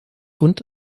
und